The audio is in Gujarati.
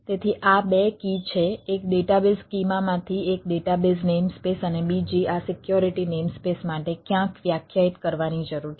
તેથી આ બે કી છે એક ડેટાબેઝ સ્કીમામાંથી એક ડેટાબેઝ નેમ સ્પેસ અને બીજી આ સિક્યોરિટી નેમ સ્પેસ માટે ક્યાંક વ્યાખ્યાયિત કરવાની જરૂર છે